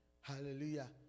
Hallelujah